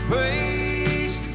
praise